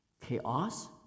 Chaos